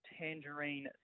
Tangerine